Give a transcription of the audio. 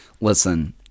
listen